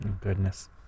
Goodness